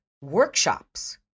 workshops